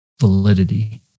validity